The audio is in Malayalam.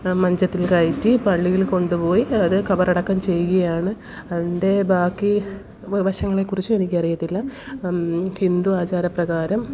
മഞ്ചത്തിൽ കയറ്റി പള്ളിയിൽ കൊണ്ടുപോയി അത് ഖബറടക്കം ചെയ്യുകയാണ് അതിൻ്റെ ബാക്കി വശങ്ങളെക്കുറിച്ച് എനിക്കറിയത്തില്ല ഹിന്ദു ആചാര പ്രകാരം